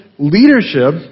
leadership